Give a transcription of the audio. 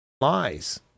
lies